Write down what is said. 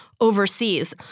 Overseas